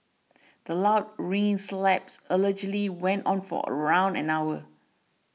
the loud ringing slaps allegedly went on for around an hour